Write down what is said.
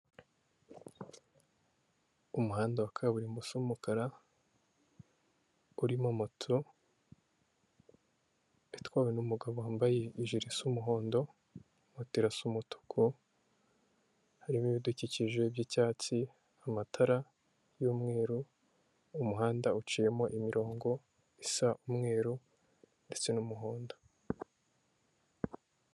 Umuhanda wa kaburimbo usa umukara, urimo moto itwawe n'umugabo wambaye ijiri isa umuhondo, moto irasa umutuku, harimo ibidukikije by'icyatsi, amatara y'umweru, umuhanda uciyemo imirongo isa umweru, ndetse n'umuhondo.